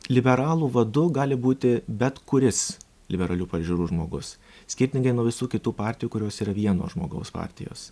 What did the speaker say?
liberalų vadu gali būti bet kuris liberalių pažiūrų žmogus skirtingai nuo visų kitų partijų kurios yra vieno žmogaus partijos